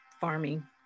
farming